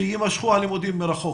שיימשכו הלימודים מרחוק,